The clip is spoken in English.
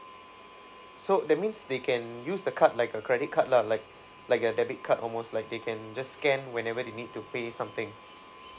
so that means they can use the card like a credit card lah like like a debit card almost like they can just scan whenever they need to pay something